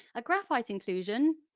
a graphite inclusion,